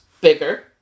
bigger